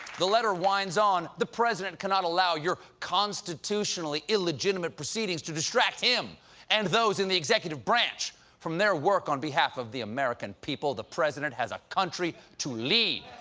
the letter whines on, the president cannot allow your constitutionally illegitimate proceedings to distract him and those in the executive branch from their work on behalf of the american people. the president has a country to lead.